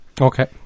Okay